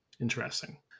interesting